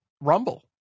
Rumble